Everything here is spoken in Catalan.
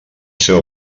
seu